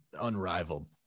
unrivaled